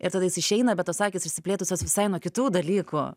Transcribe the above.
ir tada jis išeina bet tos akys išsiplėtusios visai nuo kitų dalykų